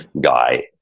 guy